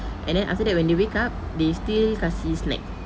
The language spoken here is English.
and then after that when they wake up they still kasi snacks